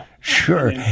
sure